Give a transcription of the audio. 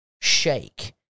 shake